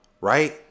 Right